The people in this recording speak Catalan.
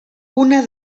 una